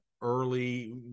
early